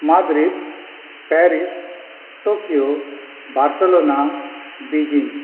Madrid Paris Tokyo Barcelona Beijing